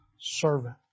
servant